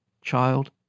Child